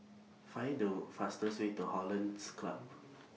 Find The fastest Way to Hollandse Club